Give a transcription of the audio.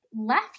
left